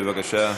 בבקשה.